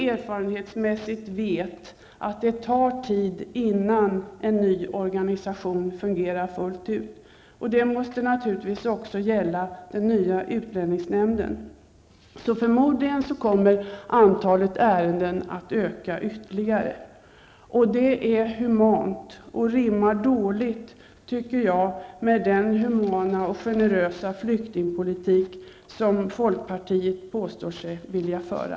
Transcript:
Erfarenhetsmässigt vet vi att det tar tid innan en ny organisation fungerar fullt ut. Naturligtvis måste det också gälla för den nya utlänningsnämnden. Förmodligen kommer alltså antalet ärenden att öka ytterligare. Detta är inhumant och rimmar enligt min uppfattning illa med den humana och generösa flyktingpolitik som folkpartiet påstår sig vilja föra.